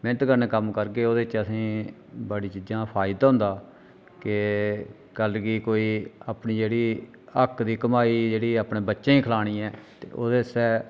मेह्नत कन्नै कम्म करगे ओह्दे कन्नै असें गी बड़ी चीजें दा फायदा होंदा कि कल्ल गी कोई अपनी जेह्ड़ी हक्क दी कमाई जेह्ड़ी अपने बच्चें गी खलानी ऐ ते ओह्दे आस्तै